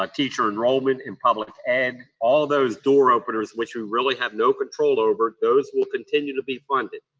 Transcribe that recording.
ah teacher enrollment in public ed. all those door openers, which we really have no control over, those will continue to be funded.